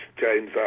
James